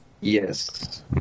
Yes